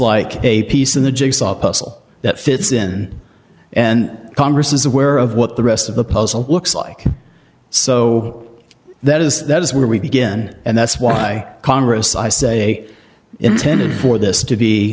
like a piece in the jigsaw puzzle that fits in and congress is aware of what the rest of the puzzle looks like so that is that is where we begin and that's why congress i say intended for this to be